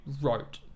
wrote